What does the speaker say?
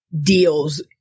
deals